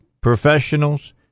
professionals